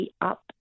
up